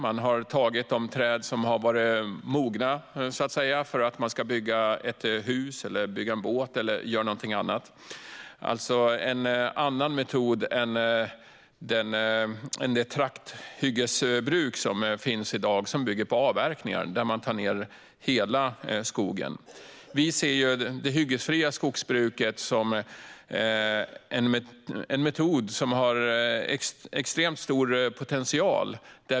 Man har tagit de träd som har varit mogna för att man ska bygga hus eller en båt eller göra något annat. Det är alltså en annan metod än det trakthyggesbruk som finns i dag och som bygger på avverkningar. Där tar man ned hela skogen. Vi ser det hyggesfria skogsbruket som en metod med extremt stor potential.